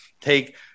take